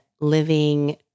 living